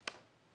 מתנגדים.